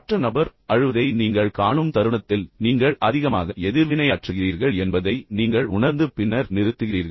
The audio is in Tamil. மற்ற நபர் அழுவதை நீங்கள் காணும் தருணத்தில் நீங்கள் அதிகமாக எதிர்வினையாற்றுகிறீர்கள் என்பதை நீங்கள் உணர்ந்து பின்னர் நிறுத்துகிறீர்கள்